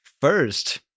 First